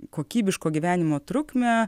kokybiško gyvenimo trukmę